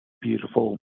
beautiful